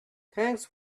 thanks